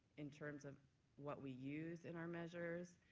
in terms of what we use in our measures.